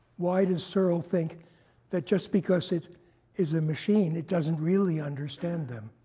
why does searle think that just because it is a machine, it doesn't really understand them?